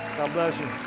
bless you.